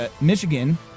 Michigan